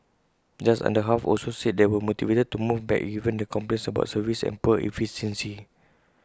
just under half also said they were motivated to move back given the complaints about service and poor efficiency